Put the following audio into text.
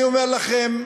אני אומר לכם,